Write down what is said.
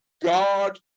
God